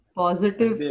positive